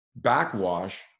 backwash